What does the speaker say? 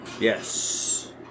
Yes